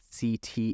CT